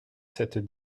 cette